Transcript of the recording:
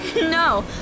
No